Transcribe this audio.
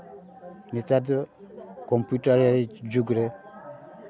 ᱱᱮᱛᱟᱨ ᱫᱚ ᱠᱚᱢᱯᱤᱭᱩᱴᱟᱨ ᱡᱩᱜᱽ ᱨᱮ